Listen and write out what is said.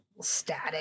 static